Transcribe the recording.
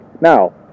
Now